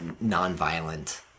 non-violent